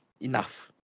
enough